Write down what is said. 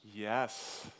Yes